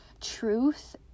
truth